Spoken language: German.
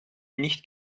nicht